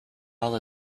all